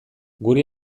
guri